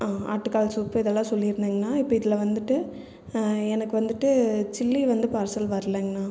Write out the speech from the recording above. ஆட்டுக்கால் சூப் இதெல்லாம் சொல்லி இருந்தேங்ணா இப்போ இதில் வந்துட்டு எனக்கு வந்துட்டு சில்லி வந்து பார்சல் வர்லங்ணா